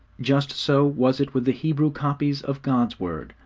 just so was it with the hebrew copies of god's word.